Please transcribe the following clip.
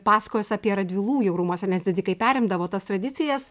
pasakojęs apie radvilų jau rūmuose nes didikai perimdavo tas tradicijas